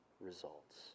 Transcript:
results